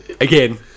again